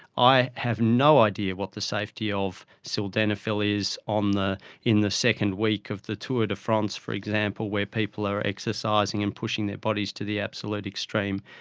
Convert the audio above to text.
i have no idea what the safety of sildenafil is um in the second week of the tour de france, for example, where people are exercising and pushing their bodies to the absolute extreme.